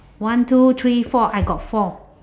one two three four I got four